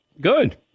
Good